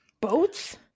Boats